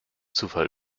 zufall